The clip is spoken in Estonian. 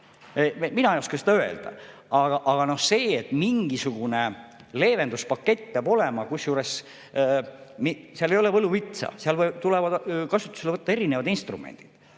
Mina ei oska seda öelda. Aga see, et mingisugune leevenduspakett peab olema, kusjuures seal ei ole võluvitsa, seal tuleb kasutusele võtta erinevad instrumendid.